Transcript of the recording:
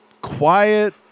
quiet